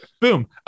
Boom